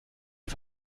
die